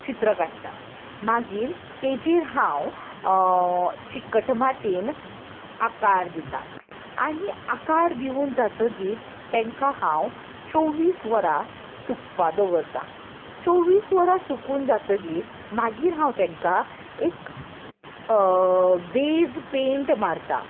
चित्र काडटा मागीर ताचेर हांव चिकट मातयेन आकार दितां आनी आकार दिवन जातगीर तांकां हांव चोवीस वरां सुकपाक दवरता चोवीस वरां सुकून जातकच मागीर हांव तांकां एक बेज पेंट मारता